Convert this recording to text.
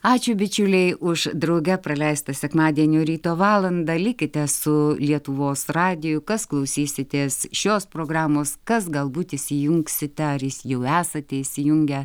ačiū bičiuliai už drauge praleistą sekmadienio ryto valandą likite su lietuvos radiju kas klausysitės šios programos kas galbūt įsijungsite ar jau esate įsijungę